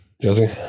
Jesse